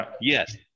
yes